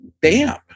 bam